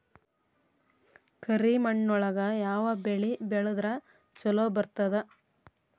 ಕರಿಮಣ್ಣೊಳಗ ಯಾವ ಬೆಳಿ ಬೆಳದ್ರ ಛಲೋ ಬರ್ತದ?